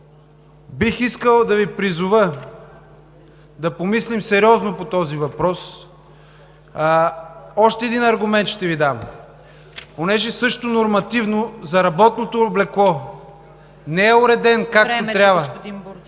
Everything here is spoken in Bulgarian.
Бих искал да Ви призова да помислим сериозно по този въпрос. Още един аргумент ще Ви дам, понеже също е нормативно – за работното облекло. Не е уреден, както трябва…